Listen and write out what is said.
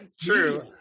True